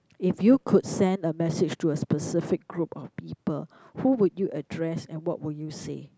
if you could send a message to a specific group of people who would you address and what would you say